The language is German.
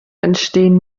entstehen